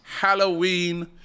Halloween